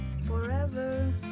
forever